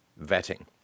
vetting